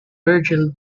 virgil